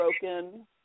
broken